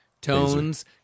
tones